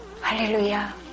Hallelujah